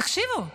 תקשיבו,